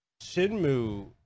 Shinmu